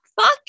Fuck